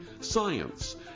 science